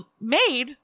made